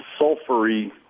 sulfury